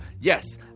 Yes